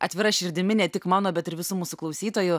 atvira širdimi ne tik mano bet ir visų mūsų klausytojų